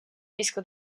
disco